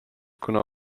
kuna